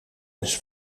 eens